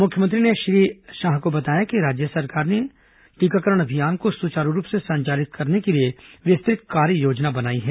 मुख्यमंत्री ने श्री शाह को बताया कि राज्य सरकार ने राज्य सरकार ने टीकाकरण अभियान को सुचारू रूप से संचालित करने के लिए विस्तृत कार्ययोजना बनाई है